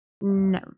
No